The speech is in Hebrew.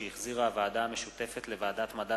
שהחזירה הוועדה המשותפת לוועדת המדע